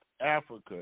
Africa